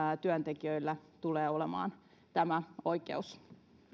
työntekijöillä tulee olemaan tämä oikeus